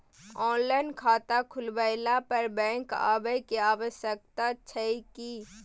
Online खाता खुलवैला पर बैंक आबै के आवश्यकता छै की?